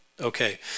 Okay